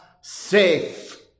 safe